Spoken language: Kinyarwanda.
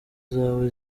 zawe